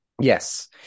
Yes